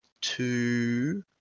two